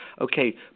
okay